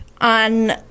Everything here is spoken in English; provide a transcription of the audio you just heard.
on